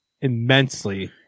immensely